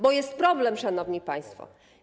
Bo jest problem, szanowni państwo.